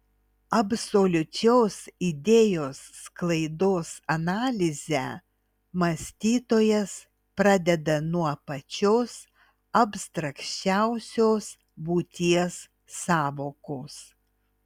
absoliučios idėjos sklaidos analizę mąstytojas pradeda nuo pačios abstrakčiausios būties sąvokos